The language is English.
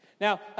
Now